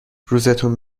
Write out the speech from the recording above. روزتون